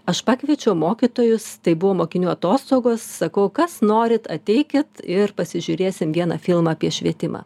aš pakviečiau mokytojus tai buvo mokinių atostogos sakau kas norit ateikit ir pasižiūrėsim vieną filmą apie švietimą